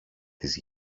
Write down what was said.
της